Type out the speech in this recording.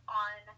on